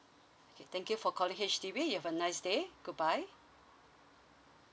okay thank you for calling H_D_B you have a nice day goodbye